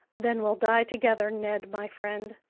then we'll die together, ned my friend.